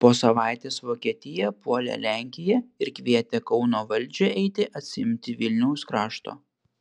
po savaitės vokietija puolė lenkiją ir kvietė kauno valdžią eiti atsiimti vilniaus krašto